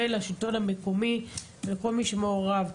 ולשלטון המקומי ולכל מי שמעורב.